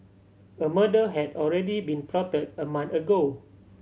a murder had already been plotted a month ago